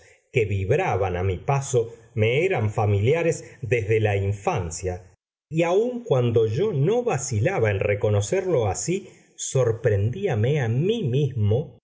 que vibraban a mi paso me eran familiares desde la infancia y aun cuando yo no vacilaba en reconocerlo así sorprendíame a mí mismo